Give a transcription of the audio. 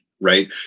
right